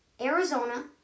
Arizona